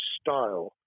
style